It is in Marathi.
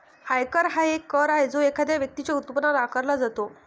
आयकर हा एक कर आहे जो एखाद्या व्यक्तीच्या उत्पन्नावर आकारला जातो